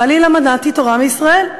חלילה מנעתי תורה מישראל.